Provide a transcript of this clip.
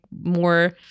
more